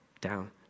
down